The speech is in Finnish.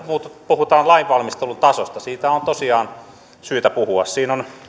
puhutaan lainvalmistelun tasosta siitä on tosiaan syytä puhua siinä on